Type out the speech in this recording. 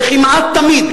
וכמעט תמיד,